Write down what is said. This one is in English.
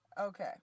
Okay